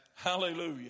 Hallelujah